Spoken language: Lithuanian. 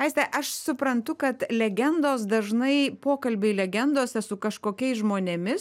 aiste aš suprantu kad legendos dažnai pokalbiai legendose su kažkokiais žmonėmis